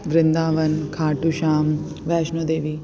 Vrindavan Khatu Shyam Vaishno Devi